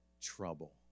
trouble